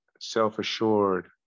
self-assured